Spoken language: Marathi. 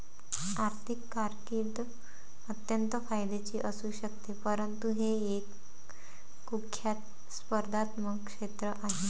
आर्थिक कारकीर्द अत्यंत फायद्याची असू शकते परंतु हे एक कुख्यात स्पर्धात्मक क्षेत्र आहे